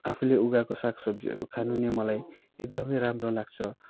आफूले उब्जाएको साग सब्जीहरू खान नै मलाई एकदमै राम्रो लाग्छ